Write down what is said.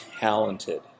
talented